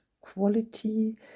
quality